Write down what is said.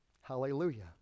Hallelujah